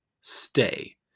stay